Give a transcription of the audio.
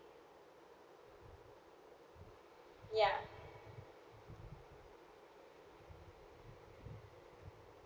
ya